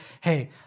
hey